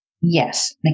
Yes